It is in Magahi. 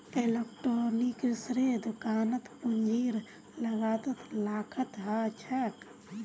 इलेक्ट्रॉनिक्सेर दुकानत पूंजीर लागत लाखत ह छेक